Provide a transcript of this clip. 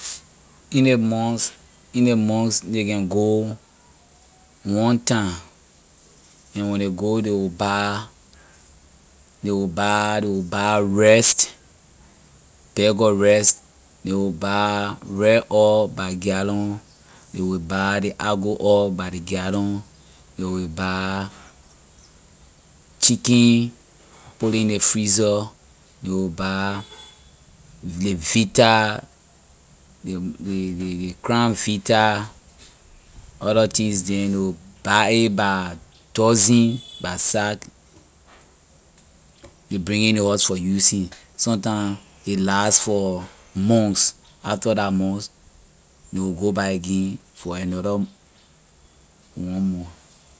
In ley months in ley months ley can go one time and when ley go ley will buy ley will buy ley will buy rice bag of rice ley will buy red oil by gallon ley will buy ley argo oil by ley gallon ley will buy chicken put ley in ley freezer ley will buy ley vita ley ley ley ley crown vita other things neh ley will buy it by dozen by sac ley bring it in ley house for using. sometimes it last for months after la months ley go back again for another one month.